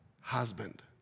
husband